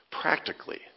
Practically